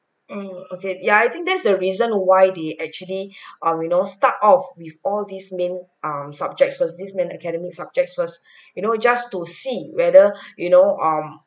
mm okay yeah I think that's the reason why they actually um you know start off with all these main um subjects first this main academic subjects first you know just to see whether you know um